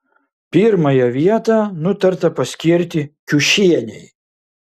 pirmąją vietą nutarta paskirti kiušienei